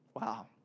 Wow